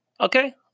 Okay